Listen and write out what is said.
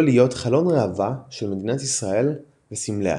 להוות "חלון ראווה" של מדינת ישראל וסמליה.